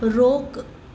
रोक़ु